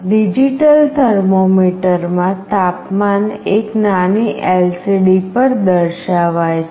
digital થર્મોમીટરમાં તાપમાન એક નાની LCD પર દર્શાવાય છે